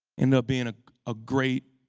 ended up being a ah great